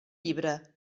llibre